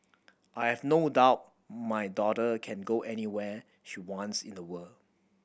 I have no doubt my daughter can go anywhere she wants in the world